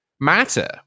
matter